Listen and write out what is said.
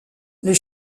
les